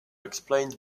explained